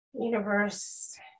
universe